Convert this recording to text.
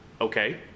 Okay